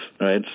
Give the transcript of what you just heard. right